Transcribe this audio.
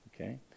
Okay